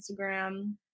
instagram